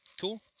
cool